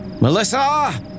Melissa